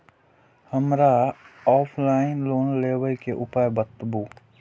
हमरा offline loan लेबे के उपाय बतबु?